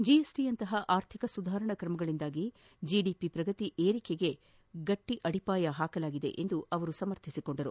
ಜಿಎಸ್ಟಿಯಂತಹ ಆರ್ಥಿಕ ಸುಧಾರಣಾ ಕ್ರಮಗಳಿಂದ ಜಿಡಿಪಿ ಪ್ರಗತಿ ಏರಿಕೆಗೆ ಗಟ್ಟಿ ಅಡಿಪಾಯ ಹಾಕಲಾಗದೆ ಎಂದು ಅವರು ಸಮರ್ಥಿಸಿಕೊಂಡರು